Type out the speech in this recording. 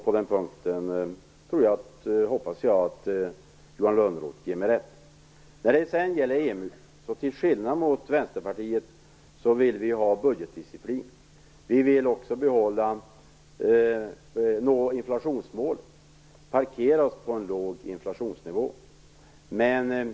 På den punkten hoppas jag att Johan Lönnroth ger mig rätt. En fråga gällde EMU. Till skillnad mot Vänsterpartiet vill vi ha budgetdisciplin. Vi vill också nå inflationsmålet, parkera oss på en låg inflationsnivå.